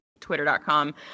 Twitter.com